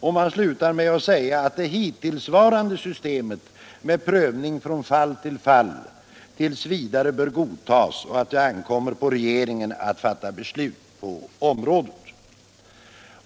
Utskottet slutar med att anföra att det hittillsvarande systemet med prövning från fall till fall t. v. bör godtas och att det ankommer på regeringen att fatta beslut på området.